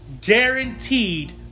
guaranteed